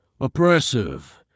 oppressive